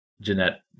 Jeanette